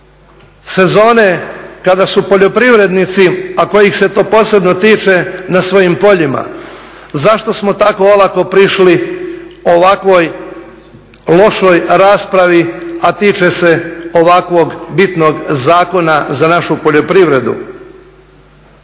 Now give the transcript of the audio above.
sezone kada su poljoprivrednici, a kojih se to posebno tiče, na svojim poljima? Zašto smo tako olako prišli ovakvoj lošoj raspravi, a tiče se ovakvog bitnog zakona za našu poljoprivredu?